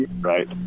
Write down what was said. right